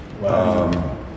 Wow